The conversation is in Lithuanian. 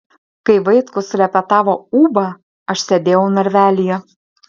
kai vaitkus repetavo ūbą aš sėdėjau narvelyje